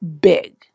big